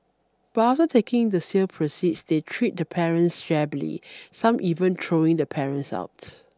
but after taking the sale proceeds they treat the parents shabbily some even throwing the parents out